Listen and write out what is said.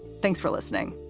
thanks for listening.